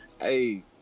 hey